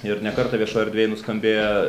ir ne kartą viešoj erdvėj nuskambėję